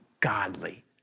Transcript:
godly